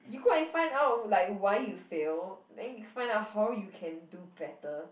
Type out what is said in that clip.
you go and find out like why you fail then you find out how you can do better